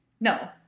No